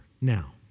Now